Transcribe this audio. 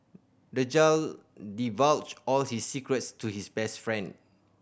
the child divulged all his secrets to his best friend